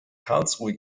karlsruhe